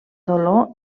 dolor